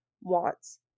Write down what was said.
wants